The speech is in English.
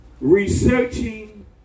researching